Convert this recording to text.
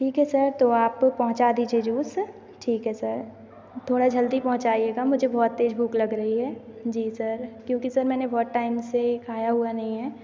ठीक है सर तो आप पहुँचा दीजिए जूस ठीक है सर थोड़ा जल्दी पहुँचाइएगा मुझे बहुत तेज भूख लग रही है जी सर क्योंकि सर मैंने बहुत टाइम से खाया हुआ नहीं है